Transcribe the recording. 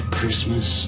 Christmas